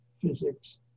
physics